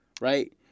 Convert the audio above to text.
Right